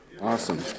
Awesome